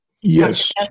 yes